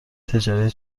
تجاری